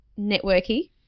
networky